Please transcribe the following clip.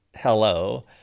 hello